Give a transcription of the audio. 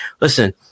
listen